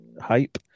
hype